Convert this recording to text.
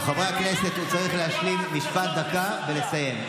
חברי הכנסת, הוא צריך להשיב משפט, דקה, ולסיים.